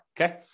Okay